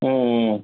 ம் ம்